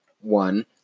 one